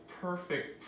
perfect